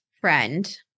friend